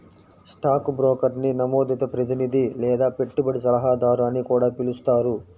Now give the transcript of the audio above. stock బ్రోకర్ని నమోదిత ప్రతినిధి లేదా పెట్టుబడి సలహాదారు అని కూడా పిలుస్తారు